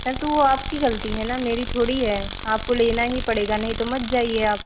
sir तो वो आपकी गलती है ना मेरी थोड़ी है आपको लेना ही पड़ेगा नहीं तो मत जाइए आप